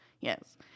Yes